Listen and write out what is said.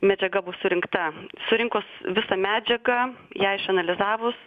medžiaga bus surinkta surinkus visą medžiagą ją išanalizavus